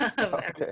okay